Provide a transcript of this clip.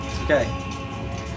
okay